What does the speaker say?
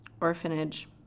orphanage